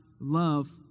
love